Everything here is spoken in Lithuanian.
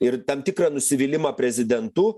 ir tam tikrą nusivylimą prezidentu